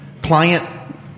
Client